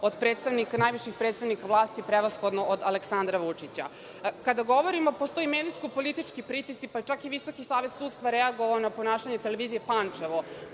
od najviših predstavnika vlasti, prevashodno od Aleksandra Vučića. Kada govorimo da postoje medijsko-politički pritisci, pa čak i Visoki savet sudstva je reagovao na ponašanje Televizije Pančevo,